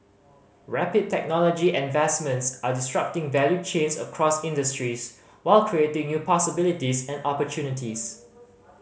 rapid technology advancements are disrupting value chains across industries while creating new possibilities and opportunities